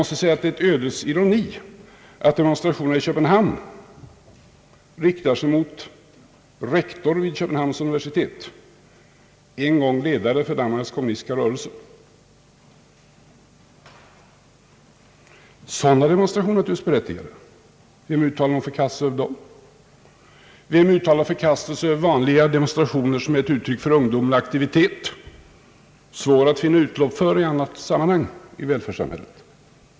Det är en ödets ironi att demonstrationerna i Köpenhamn riktar sig mot rektorn vid Köpenhamns universitet, en gång ledare för Danmarks kommunistiska rörelse. Sådana demonstrationer är naturligtvis berättigade. Vem uttalar någon förkastelse över dem? Vem uttalar förkastelse över vanliga demonstrationer, som är ett uttryck för ungdomlig aktivitet, svår att finna utlopp för i annat sammanhang i välfärdssamhället?